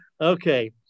okay